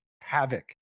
havoc